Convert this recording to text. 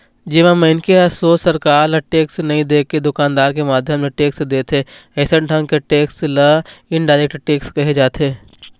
जेमा मनखे ह सोझ सरकार ल टेक्स नई देके दुकानदार के माध्यम ले टेक्स देथे अइसन ढंग के टेक्स ल इनडायरेक्ट टेक्स केहे जाथे